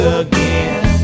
again